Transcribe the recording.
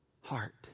Heart